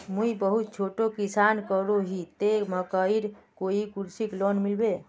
मुई बहुत छोटो किसान करोही ते मकईर कोई कृषि लोन मिलबे?